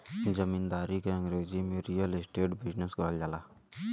जमींदारी के अंगरेजी में रीअल इस्टेट बिजनेस कहल जाला